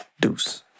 Deuce